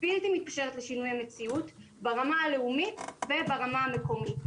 בלתי מתפשרת לשינוי המציאות ברמה הלאומית וברמה המקומית.